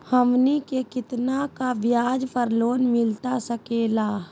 हमनी के कितना का ब्याज पर लोन मिलता सकेला?